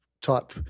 type